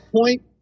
point